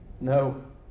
No